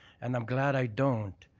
and i'm glad i don't.